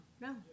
no